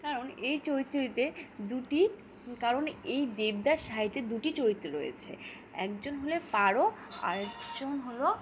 কারণ এই চরিত্রটিতে দুটি কারণ এই দেবদাস সাইডে দুটি চরিত্র রয়েছে একজন হল পারো আর একজন হলো